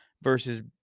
versus